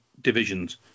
divisions